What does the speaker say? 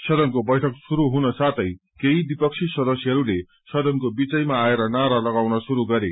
सदनको बैठक शुरू हुनसाथै केही विपक्षी सदस्यहरूले सदनको बीचैमा आएर नारा लागाउन शुरू गरे